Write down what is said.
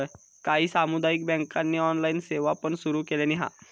काही सामुदायिक बँकांनी ऑनलाइन सेवा पण सुरू केलानी हा